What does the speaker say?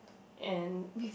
and